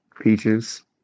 Peaches